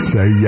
Say